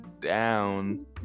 down